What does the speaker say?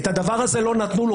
את הדבר הזה לא נתנו לו.